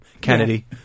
Kennedy